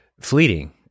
fleeting